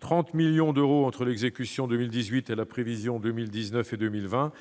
30 millions d'euros entre l'exécution de 2018 et la prévision pour 2019 et 2020.